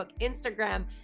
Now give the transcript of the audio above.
Instagram